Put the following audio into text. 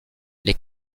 les